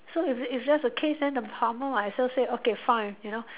so if it's if that's the case then the farmer might as well say okay fine you know